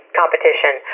competition